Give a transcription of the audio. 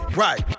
right